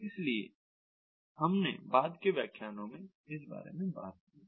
इसलिए हमने बाद के व्याख्यानों में इस बारे में बात की है